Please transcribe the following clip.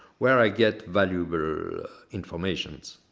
where i get valuable informations.